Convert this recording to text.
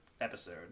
episode